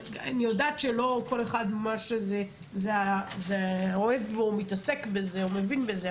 אני יודעת שלא כל אחד אוהב או מתעסק בזה או מבין בזה,